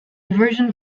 version